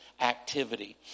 activity